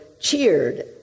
cheered